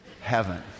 Heaven